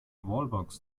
wallbox